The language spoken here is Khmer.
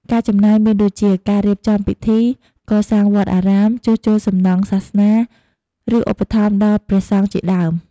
ការចំណាយមានដូចជា ការរៀបចំពិធី កសាងវត្តអារាម ជួសជុលសំណង់សាសនា ឬឧបត្ថម្ភដល់ព្រះសង្ឃជាដើម។